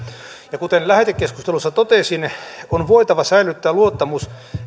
kuten lähetekeskustelussa totesin on voitava säilyttää luottamus